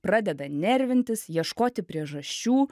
pradeda nervintis ieškoti priežasčių